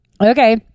Okay